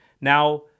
Now